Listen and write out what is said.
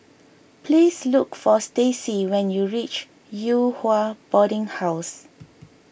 please look for Stacey when you reach Yew Hua Boarding House